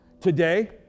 Today